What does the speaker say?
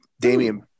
Damian